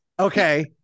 Okay